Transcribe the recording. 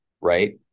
right